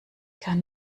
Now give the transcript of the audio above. kann